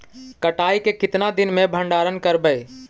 कटाई के कितना दिन मे भंडारन करबय?